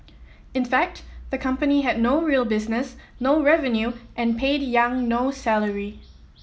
in fact the company had no real business no revenue and paid Yang no salary